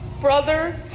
brother